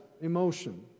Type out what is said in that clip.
emotion